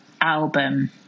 album